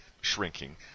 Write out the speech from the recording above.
shrinking